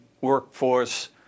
workforce